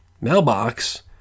mailbox